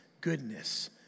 goodness